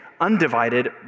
undivided